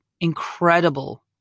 incredible